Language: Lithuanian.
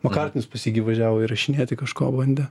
makartnis pas jį gi važiavo įrašinėti kažko bandė